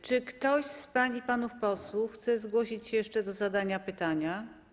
Czy ktoś z pań i panów posłów chce zgłosić się jeszcze do zadania pytania?